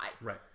right